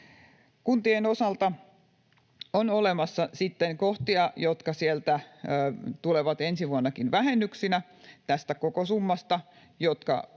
Kuntien osalta on olemassa kohtia, jotka tulevat ensi vuonnakin vähennyksinä tästä koko summasta